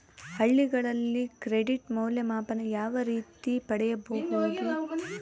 ಹಳ್ಳಿಗಳಲ್ಲಿ ಕ್ರೆಡಿಟ್ ಮೌಲ್ಯಮಾಪನ ಯಾವ ರೇತಿ ಪಡೆಯುವುದು?